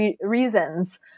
reasons